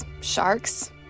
sharks